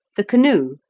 the canoe,